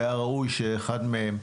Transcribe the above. היה ראוי שאחד מהם,